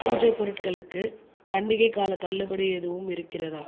பூஜை பொருட்களுக்கு பண்டிகைக் காலத் தள்ளுபடி எதுவும் இருக்கிறதா